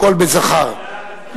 התשע"א 2011,